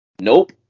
Nope